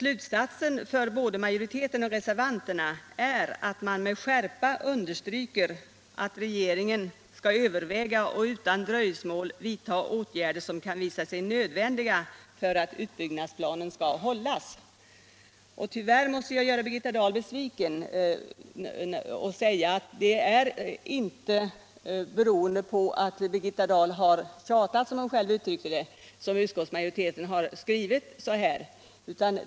Slutsatsen för både majoriteten och reservanterna är att man med skärpa understryker att regeringen överväger och utan dröjsmål vidtar de åtgärder som kan visa sig nödvändiga för att utbyggnadsplanen skall hållas. Tyvärr måste jag göra Birgitta Dahl besviken och säga att det inte beror på att Birgitta Dahl har tjatat, som hon själv uttryckte det, att utskottsmajoriteten skrivit så här.